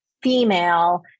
female